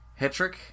Hetrick